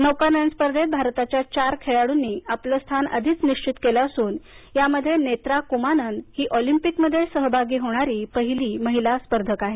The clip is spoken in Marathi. नौकानयन स्पर्धेत भारताच्या चार खेळाडूंनी आपल स्थान आधीच निश्वित केलं असून यामध्ये नेत्रा कुमानन ही ऑलिम्पिकमध्ये सहभागी होणारी पहिली महिला स्पर्धक आहे